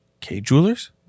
K-Jewelers